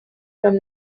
from